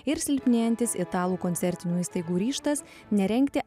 ir silpnėjantis italų koncertinių įstaigų ryžtas nerengti